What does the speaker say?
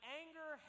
anger